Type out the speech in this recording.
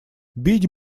бить